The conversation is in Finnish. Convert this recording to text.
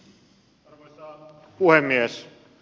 arvoisa puhemies